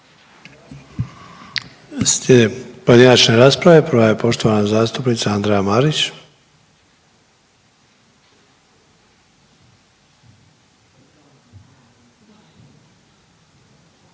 Slijede pojedinačne rasprave, prva je poštovana zastupnica Andreja Marić.